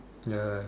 ya